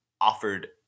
offered